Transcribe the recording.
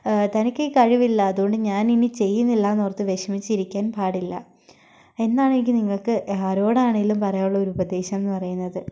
തനിക്ക് കഴിവില്ല അതുകൊണ്ട് ഞാനിനി ചെയ്യുന്നില്ലയെന്നോർത്ത് വിഷമിച്ചിരിക്കാൻ പാടില്ല എന്നാണ് എനിക്ക് നിങ്ങൾക്ക് ആരോടാണെങ്കിലും പറയാനുള്ള ഒരുപദേശം എന്നുപറയുന്നത്